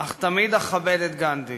אך תמיד אכבד את גנדי,